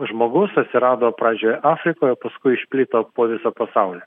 žmogus atsirado pradžioj afrikoj o paskui išplito po visą pasaulį